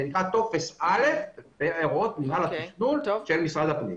זה נקרא טופס א' בהערות מנהל התכנון של משרד הפנים.